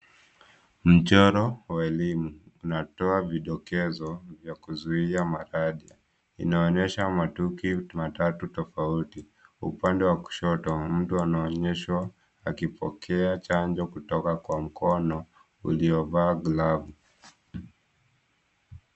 Mchoro wa elimu unatoa vidokezo vya kuzuia maradhi. Inaonyesha matuki matatu tofauti. Kwa upande wa kushoto, mtu anayeonyeshwa akipokea chanjo kutoka kwa mkono iliovaa glavu.